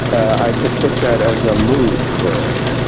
i could put that as a mood for it.